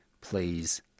Please